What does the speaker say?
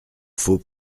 faut